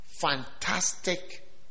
fantastic